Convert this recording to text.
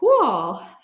Cool